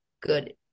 good